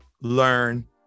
learn